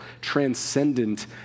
transcendent